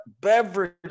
beverage